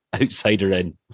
outsider-in